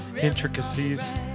Intricacies